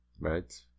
right